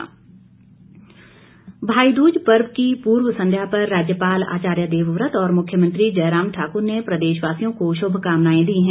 भाई दूज भाई दूज पर्व की पूर्व संध्या पर राज्यपाल आचार्य देवव्रत और मुख्यमंत्री जयराम ठाकुर ने प्रदेशवासियों को शुभकामनाएं दी है